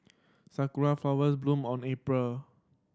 sakura flowers bloom around April